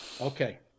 Okay